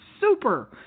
super